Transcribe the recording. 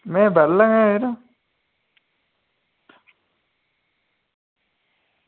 में बेह्ला गै यरो